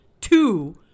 two